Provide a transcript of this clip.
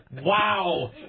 Wow